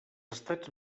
estats